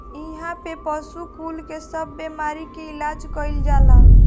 इहा पे पशु कुल के सब बेमारी के इलाज कईल जाला